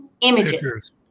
images